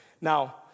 Now